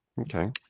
Okay